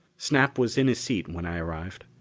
snap was in his seat when i arrived.